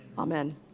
Amen